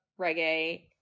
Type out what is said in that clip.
reggae